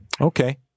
Okay